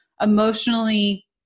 emotionally